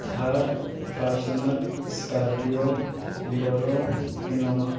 Thar Fortuner scorpio bolero Innova